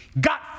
got